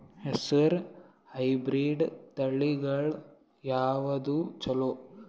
ಹೆಸರ ಹೈಬ್ರಿಡ್ ತಳಿಗಳ ಯಾವದು ಚಲೋ?